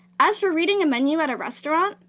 as for reading a menu at a restaurant,